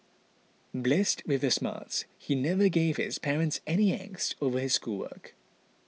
blessed with the smarts he never gave his parents any angst over his schoolwork